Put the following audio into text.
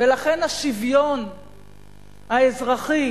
ולכן השוויון האזרחי